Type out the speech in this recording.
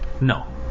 No